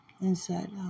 Inside